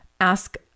ask